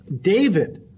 David